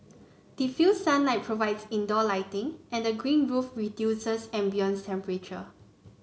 diffused sunlight provides indoor lighting and the green roof reduces ambient temperature